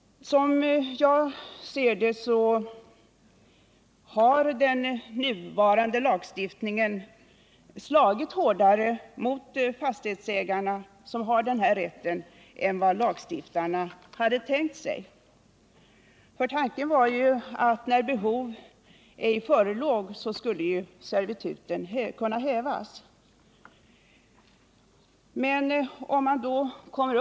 Som jag ser det har den nuvarande lagstiftningen slagit hårdare mot de fastighetsägare som har denna rätt än vad lagstiftarna hade tänkt sig. Tanken var ju att servituten skulle kunna hävas ”när behov ej förelåg”.